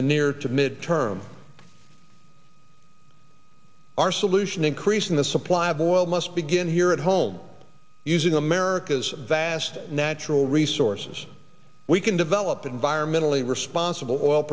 the near to mid term our solution increasing the supply of oil must begin here at home using america's vast natural resources we can develop environmentally responsible oil